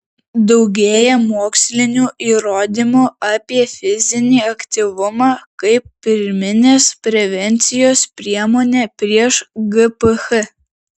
daugėja mokslinių įrodymų apie fizinį aktyvumą kaip pirminės prevencijos priemonę prieš gph